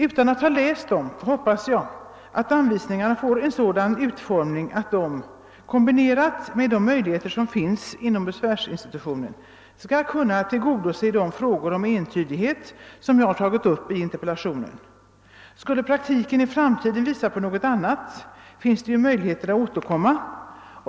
Utan att ha läst dem hoppas jag att anvisningarna får en sådan utformning att de — kombinerat med de möjligheter som finns inom besvärsinstitutionen — skall kunna tillgodose de önskemål om entydighet som jag tagit upp i interpellationen. Skulle den framtida utvecklingen i praktiken visa på något annat, finns det ju möjligheter att återkomma.